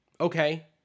okay